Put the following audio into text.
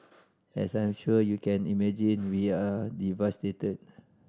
as I'm sure you can imagine we are devastated